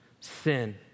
Sin